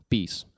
Peace